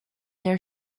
their